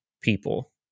people